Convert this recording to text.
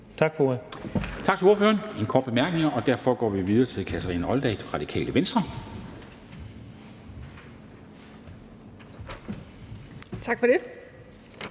Tak for ordet.